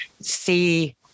see